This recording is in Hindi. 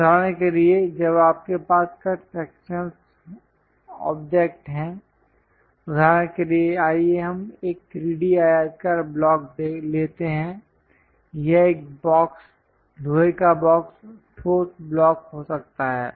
उदाहरण के लिए जब आपके पास कट सेक्शन ऑब्जेक्ट है उदाहरण के लिए आइए हम एक 3D आयताकार ब्लॉक लेते हैं यह एक बॉक्स लोहे का बॉक्स ठोस ब्लॉक हो सकता है